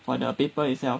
for the paper itself